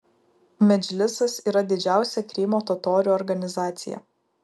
medžlisas yra didžiausia krymo totorių organizacija